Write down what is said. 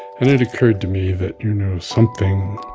and it occurred to me that, you know, something